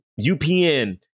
upn